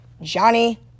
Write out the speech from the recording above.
Johnny